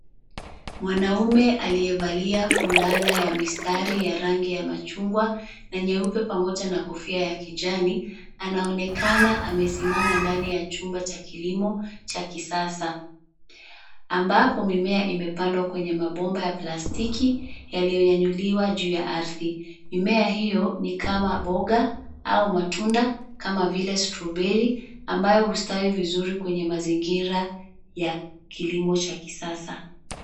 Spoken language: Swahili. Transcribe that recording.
Mwanaume aliyevalia fulana ya mistari ya rangi ya machungwa na nyeupe pamoja na kofia ya kijani, anaonekana amesimama ndani ya chumba cha kilimo cha kisasa, ambapo mimea imepandwa kwenye mabomba ya plastiki yaliyonyanyuliwa juu ya ardhi. Mimea hiyo ni kama mboga, au matunda kama vile strawberry ambayo hustawi vizuri kwenye mazingira ya kilimo cha kisasa.